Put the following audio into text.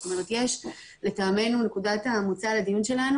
זאת אומרת לטעמנו נקודת המוצא לדיון שלנו